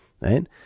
right